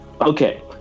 Okay